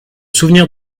souvenir